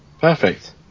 Perfect